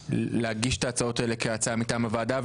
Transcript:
להגיש את ההצעות האלה כהצעה מטעם הוועדה,